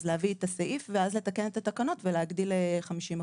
אז להביא את הסעיף ואז לתקן את התקנות ולהגדיל ל-50%.